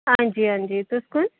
हां जी हां जी तुस कौन